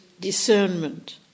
discernment